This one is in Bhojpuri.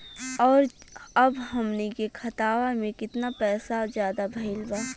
और अब हमनी के खतावा में कितना पैसा ज्यादा भईल बा?